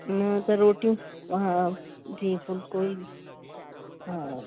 न त रोटियूं हा जी फ़ुल्को ई हा